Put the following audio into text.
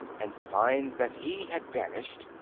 and find that he had vanished,